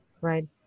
right